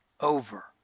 over